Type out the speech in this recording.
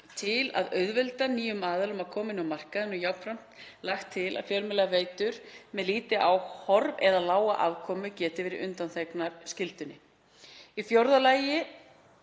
Til að auðvelda nýjum aðilum að koma inn á markaðinn er jafnframt lagt til að fjölmiðlaveitur með lítið áhorf eða lága afkomu geti verið undanþegnar skyldunni. Í fjórða lagi